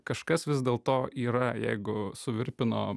kažkas vis dėlto yra jeigu suvirpino